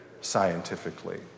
scientifically